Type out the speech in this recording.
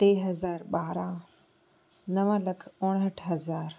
टे हज़ार ॿारहां नव लख उणहठि हज़ार